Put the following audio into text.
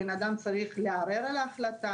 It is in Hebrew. בן אדם צריך לערער על ההחלטה.